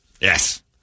Yes